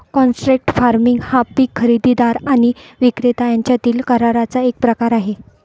contract farming हा पीक खरेदीदार आणि विक्रेता यांच्यातील कराराचा एक प्रकार आहे